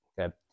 okay